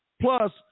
plus